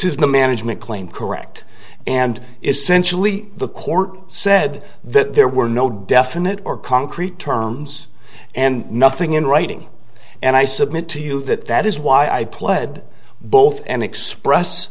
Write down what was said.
is the management claim correct and essentially the court said that there were no definite or concrete terms and nothing in writing and i submit to you that that is why i pled both an express